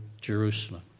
Jerusalem